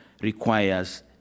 requires